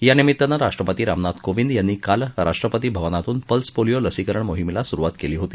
यानिमित्तानं राष्ट्रपती रामनाथ कोविंद यांनी काल राष्ट्रपती भवनातून पल्स पोलिओ लसीकरण मोहीमेला सुरुवात केली होती